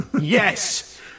Yes